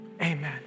Amen